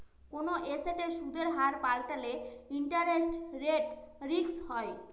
কোনো এসেটের সুদের হার পাল্টালে ইন্টারেস্ট রেট রিস্ক হয়